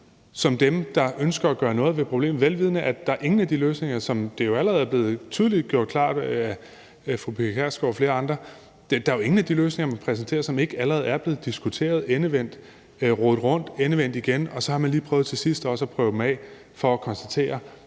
som dem, der ønsker at gøre noget ved problemet, vel vidende at der ikke er nogen af de løsninger, som det allerede er blevet gjort tydeligt og klart af fru Pia Kjærsgaard og flere andre, man præsenterer, som ikke allerede er blevet diskuteret og endevendt, rodet rundt og endevendt igen, og så har man lige prøvet til sidst også at prøve dem af for at konstatere,